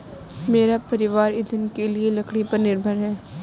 मेरा परिवार ईंधन के लिए लकड़ी पर निर्भर है